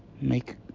make